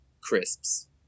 crisps